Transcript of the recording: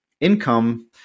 income